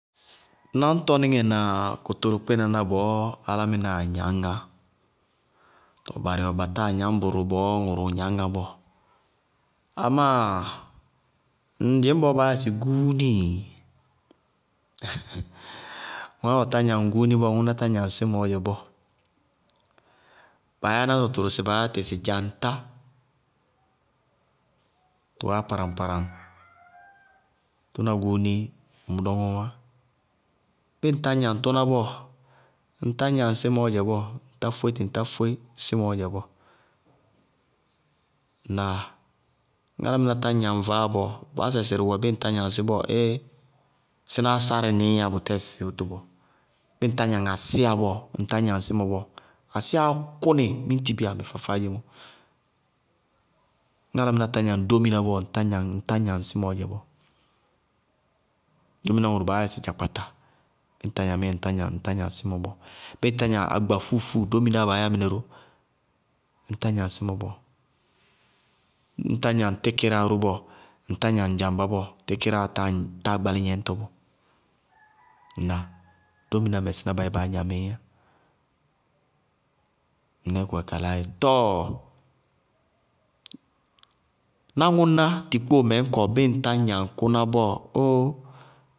Náñtɔníŋɛ na kʋtʋlʋkpɩnaná bɔɔ álámɩná gnañŋá, tɔɔ barɩ wɛ ba táa gnañ bʋrʋ bɔɔ ŋʋrʋʋ gnañŋá bɔɔ. Amáaa ŋ dzɩñ bɔɔ baa yáa sɩ gúúni í? ŋɔɔ yáa ɔ tá gnaŋ gúúni bɔɔ ŋʋná tá gnaŋ símɔɔ dzɛ bɔɔ. Báa yá náŋtɔ tʋrʋ sɩ, baá yá tɩ sɩ dzaŋtá, tʋwɛɛ yá paraŋ- paraŋ, tʋ na gúúni, bʋ mʋ dɔŋɔɔ wá. Ñŋ ŋtá gnaŋ tʋná bɔɔ, ŋtá gnaŋ símɔɔ dzɛ bɔɔ, ñŋ tá fóe tɩ, ŋtá fóe símɔɔ dzɛ bɔɔ. Ŋnáa? Ñŋ álámɩná tá gnaŋ vaáa bɔɔ, vaásɛ sɩrɩ wɛ bíɩ álámɩná tá gnaŋ sɩ bɔɔ, éé, sínáá sárɩ nííyá bʋtɛɛ sɩsɩ wóto bɔɔ. Bíɩ ŋtá gnaŋ ásiyá bɔɔ ŋtá gnaŋ símɔ bɔɔ. Asíyaá kʋnɩ miñtibiya mɛ faá-faádzémɔ. Ñŋ álámɩná tá gnaŋ dóminá bɔɔ, ŋtá gnaŋ ŋtá gnaŋ símɔɔ dzɛ bɔɔ, dóminá ŋʋrʋ wɛ baá yá ɩ sɩ dzakpata, bíɩ ŋ tá gnamɩí ŋtá gnaŋ-ŋtá gnaŋ símɔ bɔɔ, bɩɩ ŋtá gnaŋ agbafúufúu dómináá baá yá mɩnɛ ró, ŋtá gnaŋ símɔ bɔɔ. Ñŋ tá gnaŋ tíkɩráa bɔɔ, ŋ tá gnaŋ ŋ dzaŋbá bɔɔ, tíkɩráa táa- táa gbalí gnɛñtɔ bɔɔ. Ŋnáa? Dóminá mɛsína bá yɛ baá gnamíɩí yá, mɩnɛɛ kʋwɛ kalaá yɛ. Tɔɔ! Náŋʋná tikpóomɛ ñkɔ, bíɩ ŋtá gnaŋ kʋná bɔɔ óó!